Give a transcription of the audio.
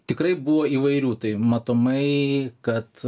tikrai buvo įvairių tai matomai kad